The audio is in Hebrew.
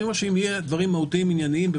אם יהיו דברים מהותיים וענייניים,